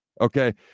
Okay